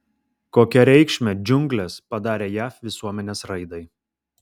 kokią reikšmę džiunglės padarė jav visuomenės raidai